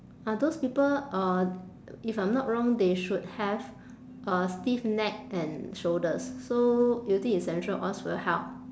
are those people uh if I'm not wrong they should have uh stiff neck and shoulders so using essential oils will help